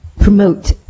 promote